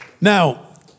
Now